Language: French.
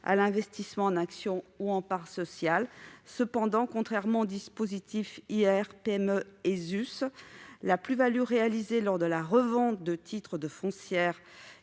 à l'investissement en actions ou en parts sociales. Cependant, contrairement au dispositif IR-PME-ESUS, la plus-value réalisée lors de la revente de titres de foncière